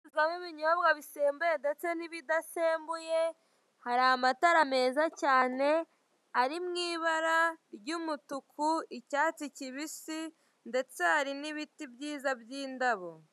Habamo ibinyobwa bisembuye ndetse n'ibidasembuye hari amatara meza cyane ari mu bara ry'umutuku, icyatsi kibisi, ndetse hari n'ibiti byiza by'indabo.